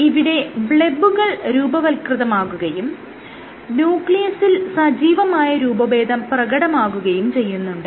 ഇവിടെ ബ്ലെബുകൾ രൂപവത്കൃതമാകുകയും ന്യൂക്ലിയസിൽ സജീവമായ രൂപഭേദം പ്രകടമാകുകയും ചെയ്യുന്നുണ്ട്